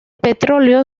petróleo